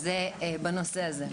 אז זה בנושא הזה.